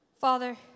Father